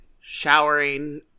showering